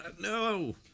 no